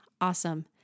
Awesome